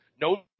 no